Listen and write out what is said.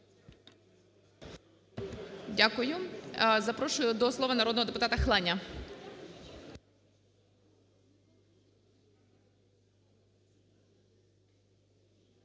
Дякую. Запрошую до слова народного депутата Хланя.